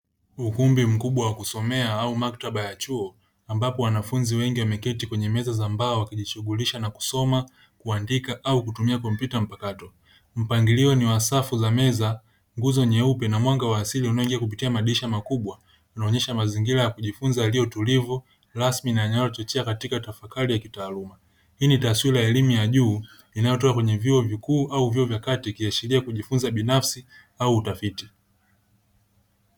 Ukumbi mkubwa wa kusomea au maktaba ya chuo, ambapo wanafunzi wengi wameketi kwenye meza za mbao, wakijishughulisha na kusoma, kuandika au kutumia kompyuta mpakato. Mpangilio ni wa safu za meza, nguzo nyeupe na mwanga wa asili unaoingia kupitia madirisha makubwa, unaonyesha mazingira ya kujifunza yaliyo tulivu, rasmi na yanayochochea katika tafakari ya kitaaluma. Hii ni taswira ya elimu ya juu inayotoka kwenye vyuo vikuu au vyuo vya kati, ikiashiria kujifunza binafsi au utafiti.